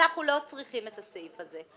אנחנו לא צריכים את הסעיף הזה.